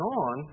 on